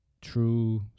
true